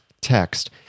text